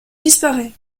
disparaît